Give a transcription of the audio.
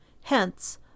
Hence